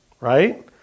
right